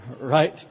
Right